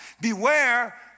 Beware